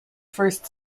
first